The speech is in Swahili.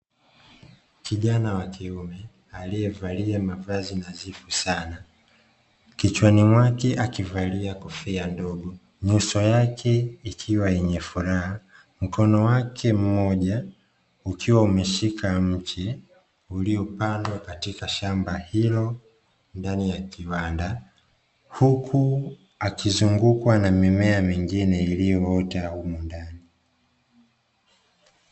Kijana wakiume aliyevalia mavazi nadhifu Sana, kichwani mwake akivalia kofia ndogo, nyuso yake ikiwa yenye furaha, mkono wake mmoja ukiwa umeshika mche, uliopandwa katika shamba hilo ndani ya kiwanda, huku akizungukwa na mimea mingine iliyoota humu ndani.